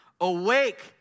Awake